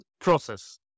process